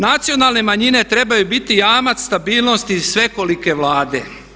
Nacionalne manjine trebaju biti jamac stabilnosti svekolike Vlade.